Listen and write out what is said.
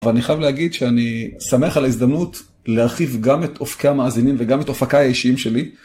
אבל אני חייב להגיד שאני שמח על ההזדמנות להרחיב גם את אופקי המאזינים וגם את אופקי האישיים שלי.